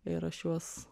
ir aš juos